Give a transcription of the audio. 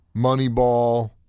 Moneyball